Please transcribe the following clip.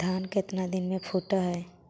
धान केतना दिन में फुट है?